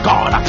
God